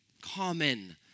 common